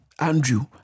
Andrew